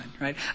right